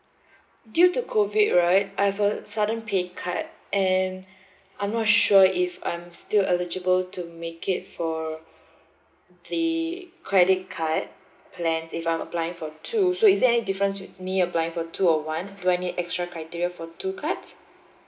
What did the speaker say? due to COVID right I've uh sudden pay cut and I'm not sure if I'm still eligible to make it for the credit card plans if I'm applying for two so is there any difference with me applying for two or one do I need extra criteria for two cards